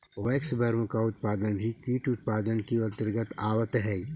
waxworm का उत्पादन भी कीट उत्पादन के अंतर्गत आवत है